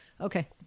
Okay